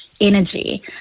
energy